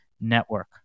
network